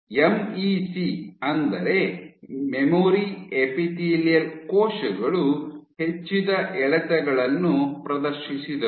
MEC ಅಂದರೆ memory epithelial ಕೋಶಗಳು ಹೆಚ್ಚಿದ ಎಳೆತಗಳನ್ನು ಪ್ರದರ್ಶಿಸಿದವು